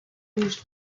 used